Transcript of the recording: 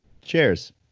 cheers